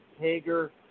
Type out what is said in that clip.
Hager